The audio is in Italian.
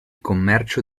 commercio